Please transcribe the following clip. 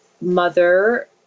mother